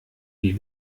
wie